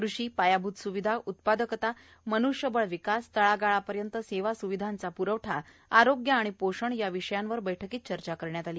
कृषी पायाभूत स्विधा उत्पादकता मनृष्यबळ विकास तळागाळापर्यंत सेवा सुविधेचा प्रवठा आरोग्य आणि पोषण या विषयांवर या बैठकीत चर्चा करण्यात आली